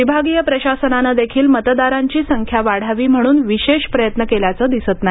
विभागीय प्रशासनानं देखील मतदारांची संख्या वाढावी म्हणून विशेष प्रयत्न केल्याचं दिसत नाही